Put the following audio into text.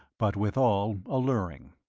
but withal alluring.